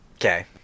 okay